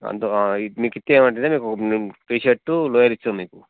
మీకు ఇస్తే ఏమంటే మీకు టీషర్టు లోవర్ ఇస్తాం మీకు